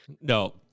No